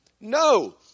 No